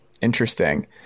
interesting